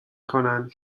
کنن